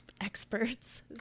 experts